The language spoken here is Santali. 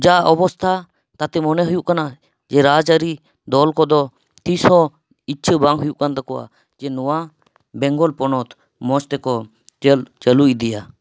ᱡᱟ ᱚᱵᱚᱥᱛᱷᱟ ᱛᱟᱛᱮ ᱢᱚᱱᱮ ᱦᱩᱭᱩᱜ ᱠᱟᱱᱟ ᱡᱮ ᱨᱟᱡᱽᱼᱟᱹᱨᱤ ᱫᱚᱞ ᱠᱚᱫᱚ ᱛᱤᱥ ᱦᱚᱸ ᱤᱪᱪᱷᱟᱹ ᱵᱟᱝ ᱦᱩᱭᱩᱜ ᱠᱟᱱ ᱛᱟᱠᱚᱣᱟ ᱡᱮ ᱱᱚᱣᱟ ᱵᱮᱝᱜᱚᱞ ᱯᱚᱱᱚᱛ ᱢᱚᱡᱽ ᱛᱮᱠᱚ ᱪᱟ ᱪᱟᱹᱞᱩ ᱤᱫᱤᱭᱟ